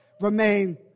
remain